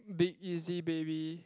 big easy baby